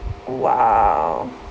!wah!